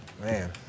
Man